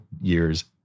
years